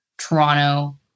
Toronto